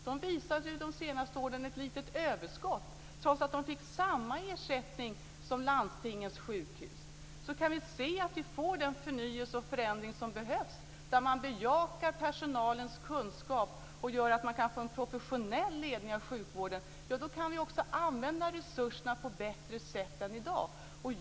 S:t Görans sjukhus har ju de senaste åren visat ett litet överskott, trots att det fick samma ersättning som landstingets sjukhus. Om vi ser till att få den förnyelse och förändring som behövs, där man bejakar personalens kunskaper och kan få en professionell ledning av sjukvården, kan vi också använda resurserna på ett bättre sätt än i dag.